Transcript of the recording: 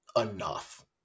enough